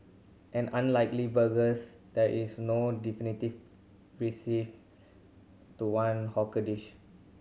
and unlikely burgers there is no one definitive recipe to one hawker dish